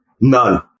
None